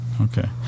Okay